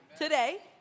today